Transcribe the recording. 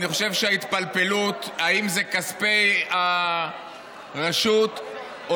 אני חושב שההתפלפלות אם זה כספי הרשות או